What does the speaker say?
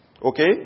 Okay